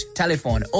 telephone